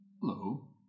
Hello